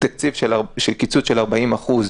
קיצוץ של 40% בתקציב,